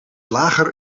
lager